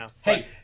Hey